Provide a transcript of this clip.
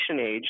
age